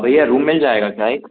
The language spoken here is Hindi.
भैया रूम मिल जाएगा क्या एक